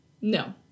No